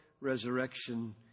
resurrection